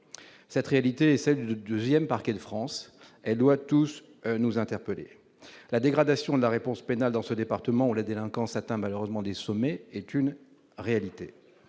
cette réalité, celle de 2ème, par quelle France, elle doit tous nous interpellés la dégradation de la réponse pénale dans ce département où la délinquance atteint malheureusement des sommets est une réalité